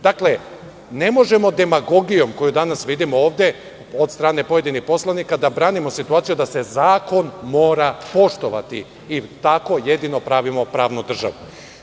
Dakle, ne možemo demagogijom koju danas vidimo ovde od strane pojedinih poslanika da branimo situaciju da se zakon mora poštovati i tako jedino pravimo pravnu državu.